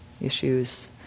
issues